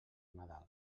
nadal